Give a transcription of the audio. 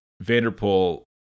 Vanderpool